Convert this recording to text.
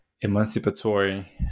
emancipatory